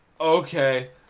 okay